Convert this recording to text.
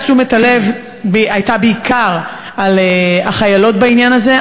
תשומת הלב הייתה בעיקר לחיילות בעניין הזה.